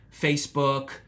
Facebook